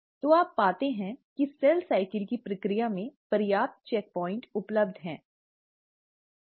तो आप पाते हैं कि सेल साइकिल की प्रक्रिया में पर्याप्त चेक प्वाइंट उपलब्ध हैं